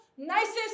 Nicest